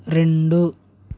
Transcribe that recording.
రెండు